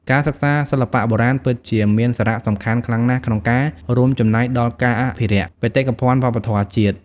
ការសិក្សាសិល្បៈបុរាណពិតជាមានសារៈសំខាន់ខ្លាំងណាស់ក្នុងការ រួមចំណែកដល់ការអភិរក្ស បេតិកភណ្ឌវប្បធម៌ជាតិ។